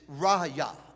raya